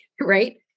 right